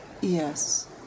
Yes